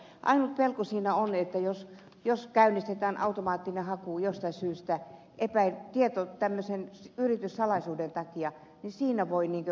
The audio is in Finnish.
ainut pelko siinä on että jos käynnistetään automaattinen haku jostain syystä yrityssalaisuuden takia niin siinä voi vahinkoja tulla